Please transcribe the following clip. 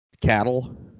Cattle